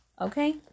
Okay